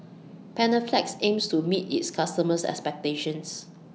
Panaflex aims to meet its customers' expectations